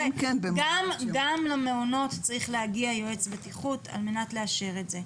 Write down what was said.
גם למעונות צריך להגיע יועץ בטיחות על מנת לאשר את זה.